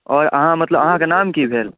तऽ आओर अहाँ मतलब अहाँके नाम की भेल